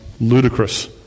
ludicrous